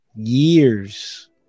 years